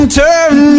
turn